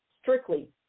Strictly